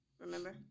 Remember